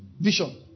Vision